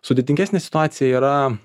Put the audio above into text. sudėtingesnė situacija yra